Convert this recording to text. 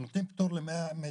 נותנים פטור ל-100 מטר.